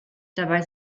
dabei